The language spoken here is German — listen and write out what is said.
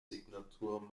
signature